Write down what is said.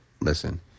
Listen